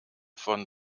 von